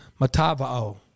Matavao